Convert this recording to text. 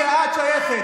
להיכן שאת שייכת.